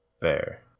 Fair